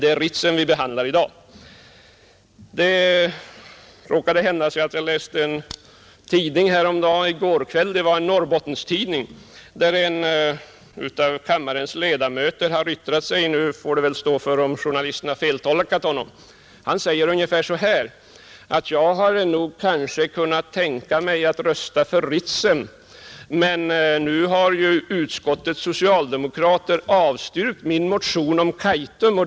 Det är emellertid Ritsem som vi behandlar i dag. Jag råkade i går kväll läsa en Norrbottenstidning. I den hade en av riksdagens ledamöter — nu vet man ju inte om journalisten kanske har feltolkat honom — yttrat sig ungefär så här: Jag har nog kunnat tänka mig att rösta för Ritsem, men nu har ju utskottets socialdemokrater avstyrkt min motion om Kaitum.